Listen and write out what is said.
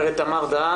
גברת תמר דהאן,